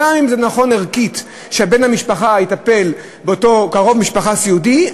גם אם זה נכון ערכית שבן-המשפחה יטפל באותו קרוב משפחה סיעודי,